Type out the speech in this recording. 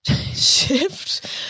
shift